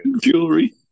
jewelry